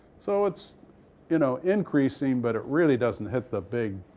so it's you know increasing, but it really doesn't hit the big